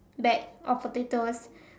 bag of potatoes